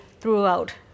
throughout